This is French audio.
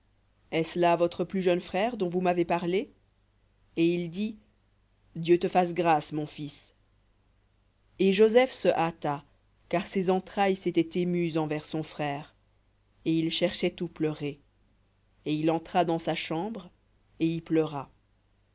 est-ce là votre plus jeune frère dont vous m'avez parlé et il dit dieu te fasse grâce mon fils et joseph se hâta car ses entrailles s'étaient émues envers son frère et il cherchait pleurer et il entra dans sa chambre et y pleura